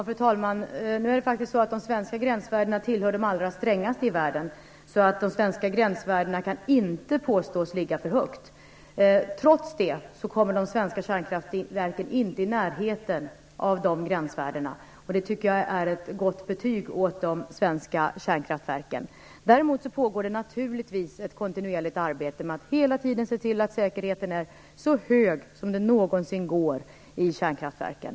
Fru talman! De svenska gränsvärdena tillhör de allra strängaste i världen, så de kan inte påstås ligga för högt. Trots det kommer de svenska kärnkraftverken inte i närheten av de gränsvärdena, och det är ett gott betyg åt de svenska kärnkraftverken. Däremot pågår det naturligtvis ett kontinuerligt arbete med att hela tiden se till att säkerheten är så hög som det någonsin går i kärnkraftverken.